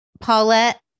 Paulette